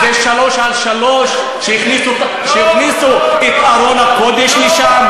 זה שלוש על שלוש, שהכניסו את ארון הקודש לשם.